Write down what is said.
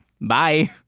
bye